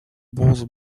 both